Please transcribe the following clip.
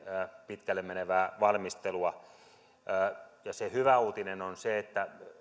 pitkälle menevää valmistelua se hyvä uutinen on se että